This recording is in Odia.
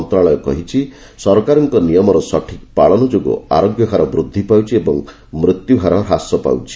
ମନ୍ତ୍ରଶାଳୟ କହିଛି ସରକାରଙ୍କ ନିୟମର ସଠିକ ପାଳନ ଯୋଗୁଁ ଆରୋଗ୍ୟ ହାର ବୃଦ୍ଧି ପାଉଛି ଓ ମୃତ୍ୟୁହାର ହ୍ରାସ ପାଉଛି